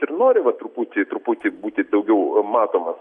ir nori va truputį truputį būti daugiau matomas